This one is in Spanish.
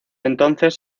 entonces